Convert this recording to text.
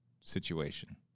situation